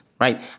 Right